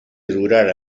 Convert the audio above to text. durar